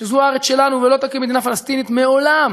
שזו הארץ שלנו ולא תקום מדינה פלסטינית לעולם.